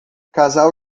casal